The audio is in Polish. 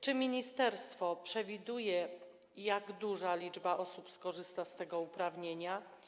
Czy ministerstwo przewiduje, jak duża liczba osób skorzysta z tego uprawnienia?